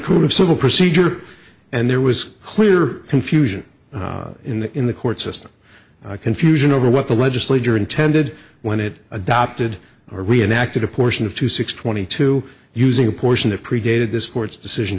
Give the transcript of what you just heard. court of civil procedure and there was clear confusion in the in the court system confusion over what the legislature intended when it adopted reenacted a portion of two six twenty two using a portion that predated this court's decision